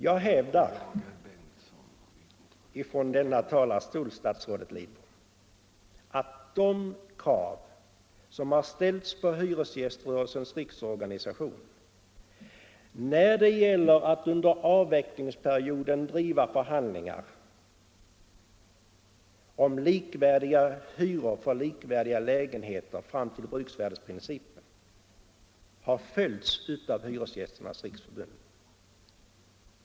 Jag hävdar från denna talarstol, statsrådet Lidbom, att de krav som har ställts på Hyresgästernas riksorganisation när det gäller att under avvecklingsperioden driva förhandlingar om likvärdiga hyror för likvärdiga lägenheter fram till bruksvärdesprincipen har uppfyllts av Hyresgästernas riksförbund.